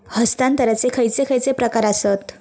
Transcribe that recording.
हस्तांतराचे खयचे खयचे प्रकार आसत?